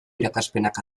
irakaspenak